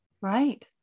Right